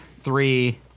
Three